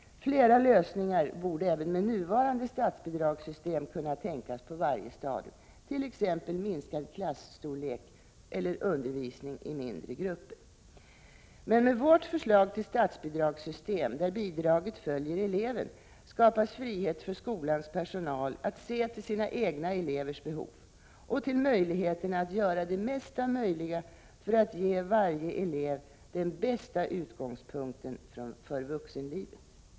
Flera lösningar borde även med nuvarande statsbidragssystem kunna tänkas på varje stadium, t.ex. minskad klasstorlek eller undervisning i mindre grupper. Men med vårt förslag till statsbidragssystem, där bidraget följer eleven, skapas frihet för skolans personal att se till sina egna elevers behov och till möjligheterna att göra det mesta möjliga för att ge varje elev den bästa utgångspunkten för vuxenlivet.